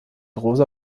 rosa